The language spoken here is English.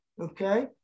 okay